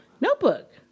Notebook